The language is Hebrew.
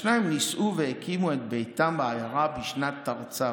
השניים נישאו והקימו את ביתם בעיירה בשנת תרצ"ב.